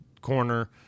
corner